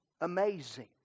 amazing